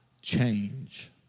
Change